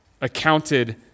accounted